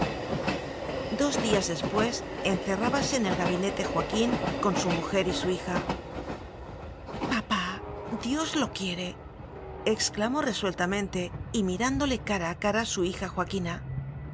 dos días después encerrábase en el gabi nete joaquín con su mujer y su hija papá dios lo quiere exclamó resuel tamente y mirándole cara a cara su hija